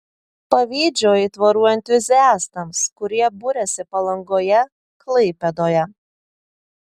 pavydžiu aitvarų entuziastams kurie buriasi palangoje klaipėdoje